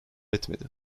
etmedi